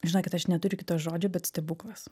žinokit aš neturiu kito žodžio bet stebuklas